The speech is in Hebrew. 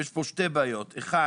יש פה שתי בעיות: א',